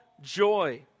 joy